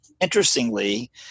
Interestingly